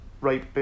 right